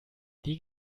die